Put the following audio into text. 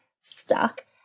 stuck